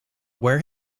where